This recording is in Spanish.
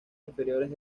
inferiores